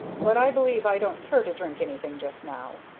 but i believe i don't care to drink anything just now.